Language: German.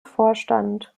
vorstand